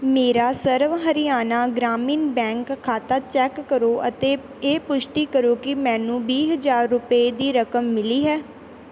ਮੇਰਾ ਸਰਵ ਹਰਿਆਣਾ ਗ੍ਰਾਮੀਣ ਬੈਂਕ ਖਾਤਾ ਚੈੱਕ ਕਰੋ ਅਤੇ ਇਹ ਪੁਸ਼ਟੀ ਕਰੋ ਕਿ ਮੈਨੂੰ ਵੀਹ ਹਜ਼ਾਰ ਰੁਪਏ ਦੀ ਰਕਮ ਮਿਲੀ ਹੈ